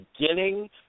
beginning